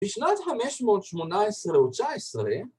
‫בשנת 518 או 519